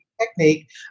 technique